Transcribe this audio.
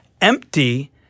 empty